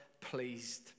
pleased